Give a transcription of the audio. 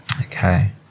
Okay